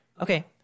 Okay